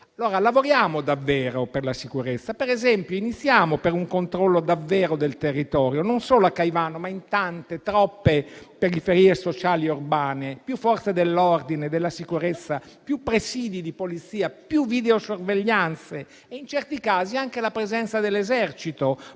Lavoriamo davvero per la sicurezza. Iniziamo, ad esempio, con un controllo del territorio non solo a Caivano, ma in tante, troppe periferie sociali urbane; più Forze dell'ordine e di sicurezza, più presidi di polizia, più videosorveglianze e, in certi casi, anche la presenza dell'Esercito